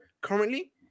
currently